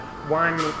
one